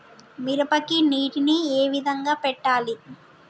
మిరపకి నీటిని ఏ విధంగా పెట్టాలి?